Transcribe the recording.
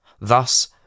Thus